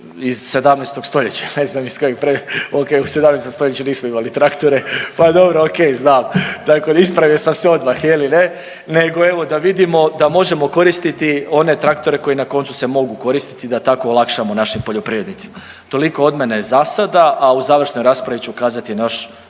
iz 17. stoljeća, ne znam iz kojeg, okej u 17. stoljeću nismo imali traktore, pa dobro okej, znam, dakle ispravio sam se odmah je li, ne, nego evo da vidimo da možemo koristiti one traktore koji na koncu se mogu koristiti da tako olakšamo našim poljoprivrednicima. Toliko od mene zasada, a u završnoj raspravi ću ukazati na